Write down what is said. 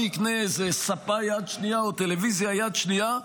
מי קנה איזו ספה יד שנייה או טלוויזיה יד שנייה?